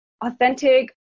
authentic